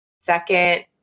second